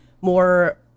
more